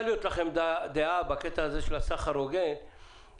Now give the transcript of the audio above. להיות לכם דעה בקטע הזה של הסחר ההוגן,